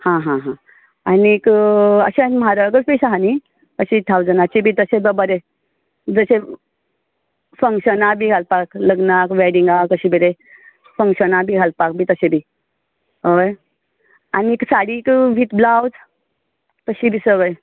हां हां हां आनीक अशेंच म्हारगय पीस आसा न्ही अशें ठावजनाचे बी बा बरें जशें फक्शनां बीन घालपाक लग्नाक वेडिंगाक अशें कडेन फंक्शनाक बी घालपाक अशें बी हय आनी साडीक वीथ ब्लावज तशीं बी सव